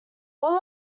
all